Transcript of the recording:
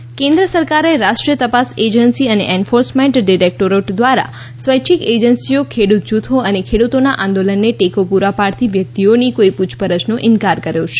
રાજ્યસભા ખેડૂતો કેન્દ્ર સરકારે રાષ્ટ્રીય તપાસ એજન્સી અને એન્ફોર્સમેન્ટ ડિરેક્ટોરેટ દ્વારા સ્વૈચ્છિક એજન્સીઓ ખેડૂત જૂથો અને ખેડુતોના આંદોલનને ટેકો પૂરા પાડતી વ્યક્તિઓની કોઈ પૂછપરછનો ઇનકાર કર્યો છે